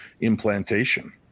implantation